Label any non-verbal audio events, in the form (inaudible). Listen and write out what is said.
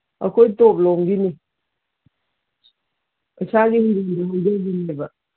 ꯑꯩꯈꯣꯏ ꯇꯣꯞꯂꯣꯝꯒꯤꯅꯤ ꯏꯁꯥꯒꯤ (unintelligible) ꯍꯧꯖꯕꯅꯦꯕ